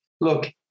look